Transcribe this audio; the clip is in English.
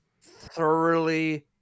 thoroughly